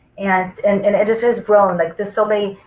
and and and it has has grown like there's so many